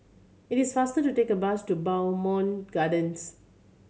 it is faster to take a bus to Bowmont Gardens